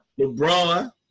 LeBron